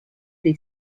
dei